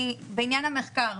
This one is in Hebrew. בעניין המחקר,